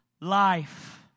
Life